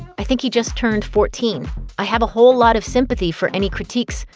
i think he just turned fourteen i have a whole lot of sympathy for any critiques,